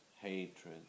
hatred